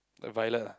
the violet ah